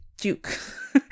Duke